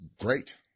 great